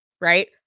right